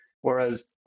whereas